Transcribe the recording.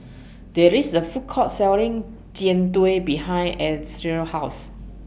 There IS A Food Court Selling Jian Dui behind House